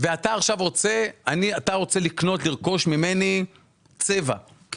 ואתה עכשיו רוצה לרכוש ממני צבע,